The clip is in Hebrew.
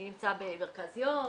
נמצא במרכז יום,